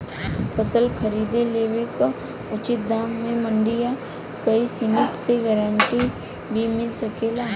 फसल खरीद लेवे क उचित दाम में मंडी या कोई समिति से गारंटी भी मिल सकेला?